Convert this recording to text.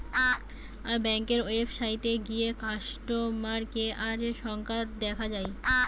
ব্যাংকের ওয়েবসাইটে গিয়ে কাস্টমার কেয়ারের সংখ্যা দেখা যায়